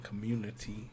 community